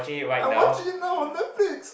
I watching now on Netflix